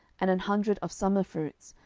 and an hundred of summer fruits,